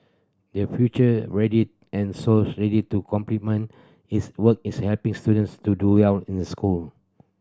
there future ready and souls ready to complement its work is helping students to do well in the school